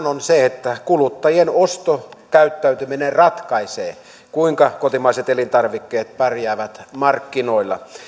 on se että kuluttajien ostokäyttäytyminen ratkaisee kuinka kotimaiset elintarvikkeet pärjäävät markkinoilla